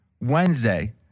Wednesday